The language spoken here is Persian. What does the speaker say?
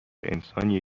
انسانیه